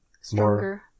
stronger